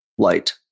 light